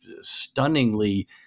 stunningly